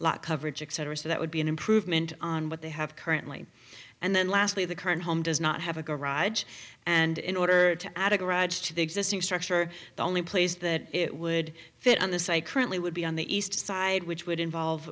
coverage etc so that would be an improvement on what they have currently and then lastly the current home does not have a garage and in order to add a garage to the existing structure the only place that it would fit on this i currently would be on the east side which would involve